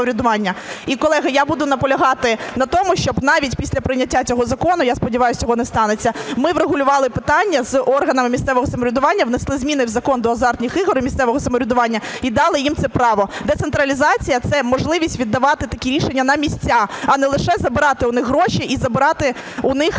І, колеги, я буду наполягати на тому, щоб навіть після прийняття цього закону, я сподіваюся, цього не станеться, ми врегулювали питання з органами місцевого самоврядування, внесли зміни у Закон до азартних ігор і місцевого самоврядування, і дали їм це право. Децентралізація – це можливість віддавати такі рішення на місця, а не лише забирати у них гроші і забирати у них